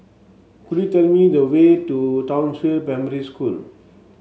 could you tell me the way to Townsville Primary School